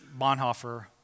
Bonhoeffer